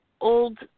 old